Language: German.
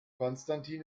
konstantin